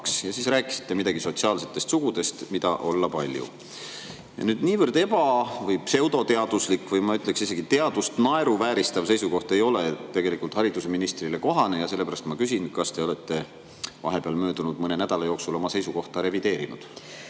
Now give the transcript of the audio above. Ja siis te rääkisite midagi sotsiaalsetest sugudest, mida olla palju. Niivõrd eba- või pseudoteaduslik, ma ütleksin isegi, teadust naeruvääristav seisukoht ei ole tegelikult haridusministrile kohane. Sellepärast ma küsin: kas te olete vahepeal möödunud mõne nädala jooksul oma seisukohta revideerinud?